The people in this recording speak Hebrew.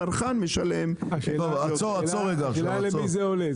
השאלה למי זה עולה,